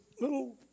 little